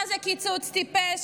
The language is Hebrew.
מה זה קיצוץ טיפש?